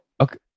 Okay